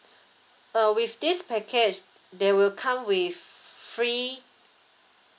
uh with this package they will come with free